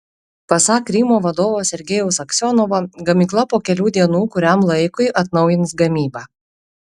pasak krymo vadovo sergejaus aksionovo gamykla po kelių dienų kuriam laikui atnaujins gamybą